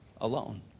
alone